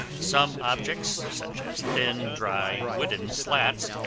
some objects, such as thin, dry wooden slats,